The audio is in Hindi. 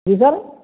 जी सर